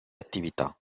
attività